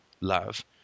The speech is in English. Love